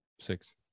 Six